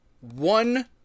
one